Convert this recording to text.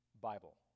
Bible